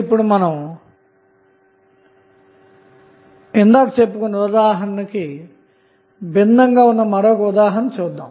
ఇప్పుడు మునుపటి ఉదాహరణకి భిన్నమైన మరొక ఉదాహరణ చూద్దాం